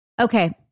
Okay